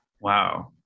wow